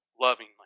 lovingly